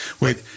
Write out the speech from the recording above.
Wait